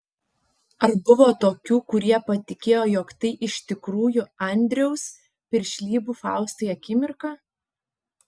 ar buvo tokių kurie patikėjo jog tai iš tikrųjų andriaus piršlybų faustai akimirka